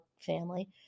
family